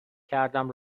کردم